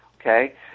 Okay